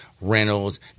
Reynolds